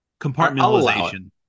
Compartmentalization